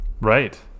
Right